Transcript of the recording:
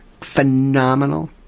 Phenomenal